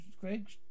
Greg